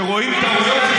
שרואים טעויות,